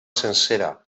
sencera